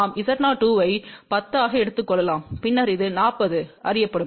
நாம் Z02 ஐ 10 ஆக எடுத்துக் கொள்ளலாம் பின்னர் இது 40 அறியப்படும்